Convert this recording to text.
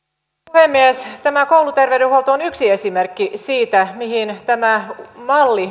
puhemies tämä kouluterveydenhuolto on yksi esimerkki siitä mihin tämä malli